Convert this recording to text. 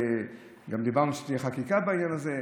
וגם דיברנו שתהיה חקיקה בעניין הזה.